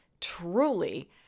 truly